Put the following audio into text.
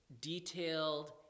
detailed